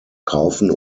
kaufen